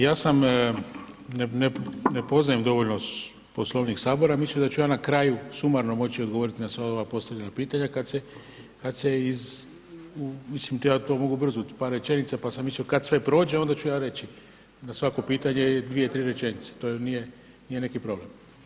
Ja sam ne poznajem dovoljno Poslovnik Sabora, mislim da ću ja na kraju sumarno moći odgovoriti na sva ova postavljena pitanja kada se, mislim ja to mogu brzo u par rečenica pa sam mislio kada sve prođe onda ću ja reći na svako pitanje dvije, tri rečenice to nije neki problem.